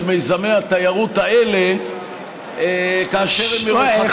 מיזמי התיירות האלה כאשר הם מרוחקים,